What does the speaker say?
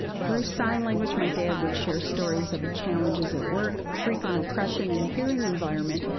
through sign language, my dad would share stories of challenges at work, frequent oppression in the hearing environment,